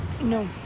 No